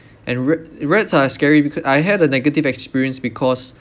and ra~ rats are scary because I had a negative experience because